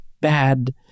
bad